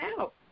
out